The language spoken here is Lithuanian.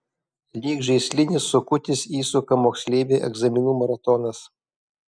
lyg žaislinis sukutis įsuka moksleivį egzaminų maratonas